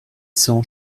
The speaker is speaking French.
cents